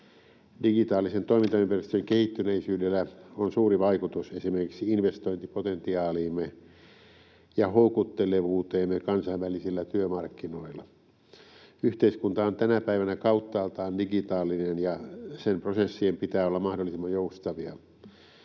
Digitaalisen toimintaympäristön kehittyneisyydellä on suuri vaikutus esimerkiksi investointipotentiaaliimme ja houkuttelevuuteemme kansainvälisillä työmarkkinoilla. Yhteiskunta on tänä päivänä kauttaaltaan digitaalinen, ja sen prosessien pitää olla mahdollisimman joustavia.